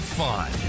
fun